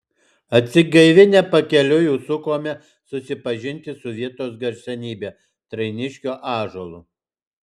atsigaivinę pakeliui užsukome susipažinti su vietos garsenybe trainiškio ąžuolu